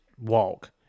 walk